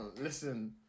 Listen